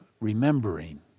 remembering